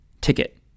ticket